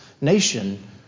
nation